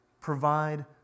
Provide